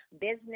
business